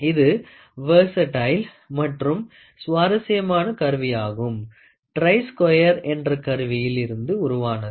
இது வெர்சடயில் மற்றும் சுவாரசியமான கருவியானது ட்ரை ஸ்கொயர் என்ற கருவியில் இருந்து உருவானது